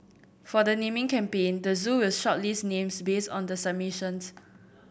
for the naming campaign the zoo will shortlist names based on the submissions